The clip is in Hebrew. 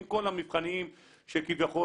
עם כל המבחנים שכביכול,